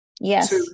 Yes